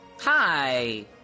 Hi